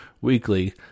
weekly